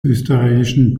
österreichischen